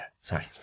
Sorry